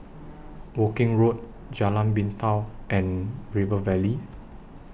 Woking Road Jalan Pintau and River Valley